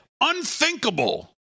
unthinkable